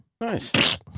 Nice